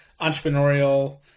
entrepreneurial